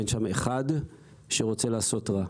אין שם אחד שרוצה לעשות רע.